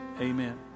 amen